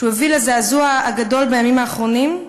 שהביא לזעזוע הגדול בימים האחרונים,